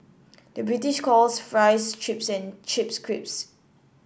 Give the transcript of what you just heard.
the British calls fries chips and chips crisps